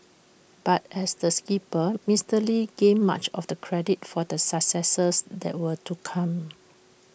but as the skipper Mister lee gained much of the credit for the successes that were to come